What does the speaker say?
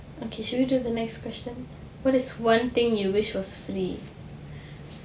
okay shall we do the next question what is one thing you wish was free